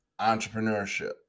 entrepreneurship